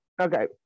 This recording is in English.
Okay